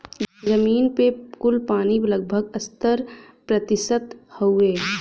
जमीन पे कुल पानी लगभग सत्तर प्रतिशत हउवे